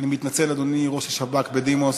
אני מתנצל, אדוני ראש השב"כ בדימוס.